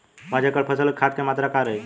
पाँच एकड़ फसल में खाद के मात्रा का रही?